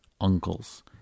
uncles